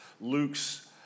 Luke's